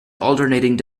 alternating